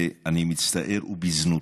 ואני מצטער, "וזנות".